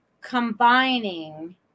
combining